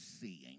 seeing